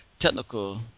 Technical